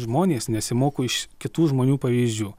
žmonės nesimoko iš kitų žmonių pavyzdžių